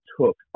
took